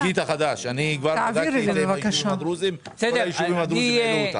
את כל הישובים הדרוזים העלו.